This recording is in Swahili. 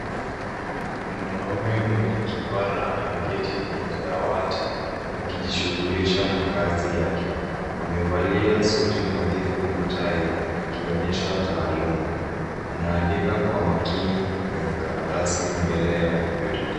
Mwanaume mwenye kipara ameketi kwenye dawati akijishughulisha na kazi yake. Amevalia suti nadhifu na tai akionyesha taaluma. Anaandika kwa makini kwenye karatasi mbele ya kompyuta.